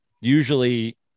usually